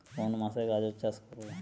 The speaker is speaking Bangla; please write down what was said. কোন মাসে গাজর চাষ করব?